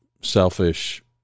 selfish